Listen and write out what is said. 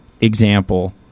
example